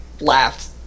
laughed